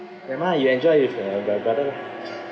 never mind you enjoy with uh my brother lah